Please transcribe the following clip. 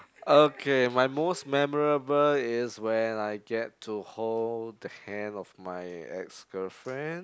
okay my most memorable is when I get to hold the hand of my ex girlfriend